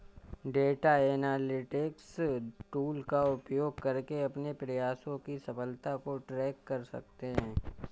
data analytics tool का उपयोग करके अपने प्रयासों की सफलता को ट्रैक कर सकते है